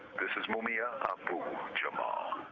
this is mumia abu jamal.